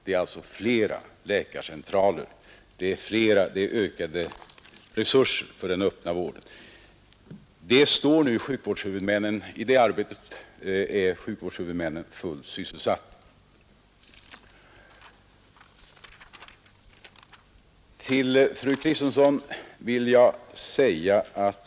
Det är alltså fler läkarcentraler, det är ökade resurser för den öppna vården som vi behöver. I det arbetet är sjukvårdshuvudmännen fullt sysselsatta.